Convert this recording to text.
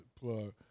plug